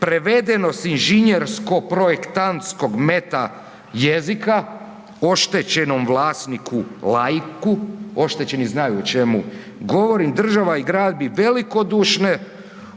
prevedeno s inženjersko-projektantskog meta jezika oštećenom vlasniku laiku, oštećeni znaju o čemu govorim, država i grad bi velikodušne,